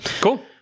Cool